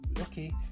okay